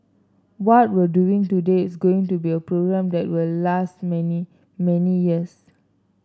what we're doing today is going to be a program that will last many many years